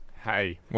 hey